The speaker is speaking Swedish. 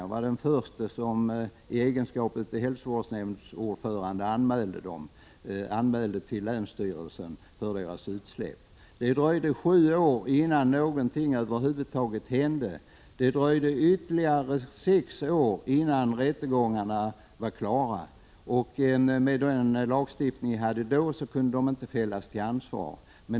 Jag var den förste som i egenskap av hälsovårdsnämndens ordförande anmälde företaget till länsstyrelsen för dess utsläpp. Det dröjde sju år innan någonting över huvud taget hände. Det dröjde ytterligare sex år innan rättegångarna var klara. Med den lagstiftning som vi då hade kunde företaget inte fällas till ansvar.